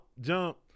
jump